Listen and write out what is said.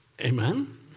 Amen